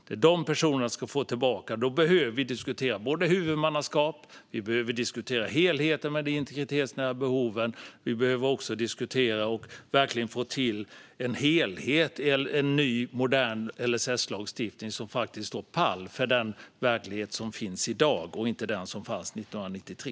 Det är dessa personer som ska få den tillbaka, och då behöver vi diskutera huvudmannaskap och helheten med de integritetsnära behoven. Vi behöver också diskutera och verkligen få till stånd en helhet och en ny, modern LSS-lagstiftning som står pall för den verklighet som finns i dag, inte den som fanns 1993.